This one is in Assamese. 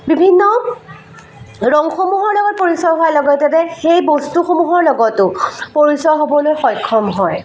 বিভিন্ন ৰঙসমূহৰ লগত পৰিচয় হোৱাৰ লগতে সেই বস্তুসমূহৰ লগতো পৰিচয় হ'বলৈ সক্ষম হয়